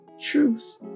truth